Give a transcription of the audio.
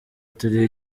turi